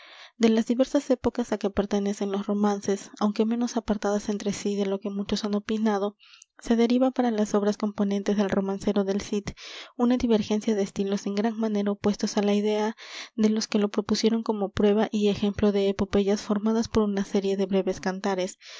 de las diversas épocas á que pertenecen los romances aunque menos apartadas entre sí de lo que muchos han opinado se deriva para las obras componentes del romancero del cid una divergencia de estilos en gran manera opuestos á la idea de los que lo propusieron como prueba y ejemplo de epopeyas formadas por una serie de breves cantares